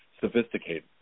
sophisticated